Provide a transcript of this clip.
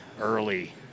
early